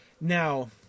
now